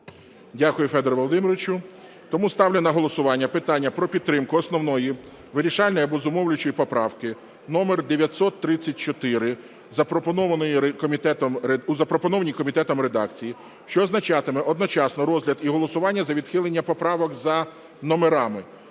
Дякую, Федоре Володимировичу. Тому ставлю на голосування питання про підтримку основної вирішальної або зумовлюючої поправки номер 934 у запропонованій комітетом редакції, що означатиме одночасно розгляд і голосування за відхилення поправок за номерами: